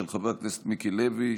של חבר הכנסת מיקי לוי,